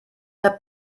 der